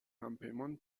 همپیمان